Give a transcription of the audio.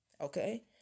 Okay